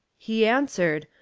he answered,